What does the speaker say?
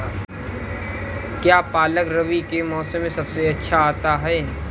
क्या पालक रबी के मौसम में सबसे अच्छा आता है?